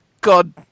god